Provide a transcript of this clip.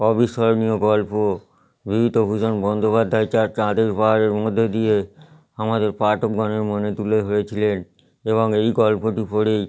অবিস্মরণীয় গল্প বিভূতিভূষণ বন্দ্যোপাধ্যায় তাঁর চাঁদের পাহাড়ের মধ্য দিয়ে আমাদের পাঠকগণের মনে তুলে ধরেছিলেন এবং এই গল্পটি পড়েই